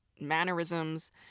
mannerisms